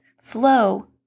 flow